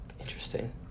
Interesting